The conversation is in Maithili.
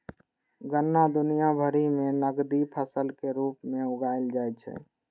गन्ना दुनिया भरि मे नकदी फसल के रूप मे उगाएल जाइ छै